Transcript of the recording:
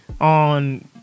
on